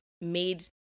made